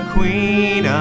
Queen